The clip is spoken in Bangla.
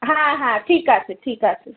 হ্যাঁ হ্যাঁ ঠিক আছে ঠিক আছে